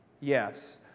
yes